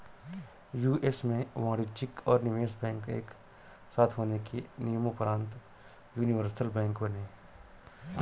US में वाणिज्यिक और निवेश बैंक एक साथ होने के नियम़ोंपरान्त यूनिवर्सल बैंक बने